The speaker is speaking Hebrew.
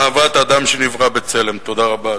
האב הכומר מרטין נימלר: בגרמניה לקחו הנאצים תחילה את